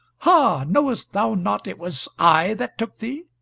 ha, knowest thou not it was i that took thee?